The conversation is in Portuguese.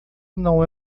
não